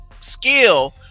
skill